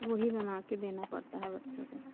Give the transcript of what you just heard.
वही बना के देना पड़ता है बच्चों को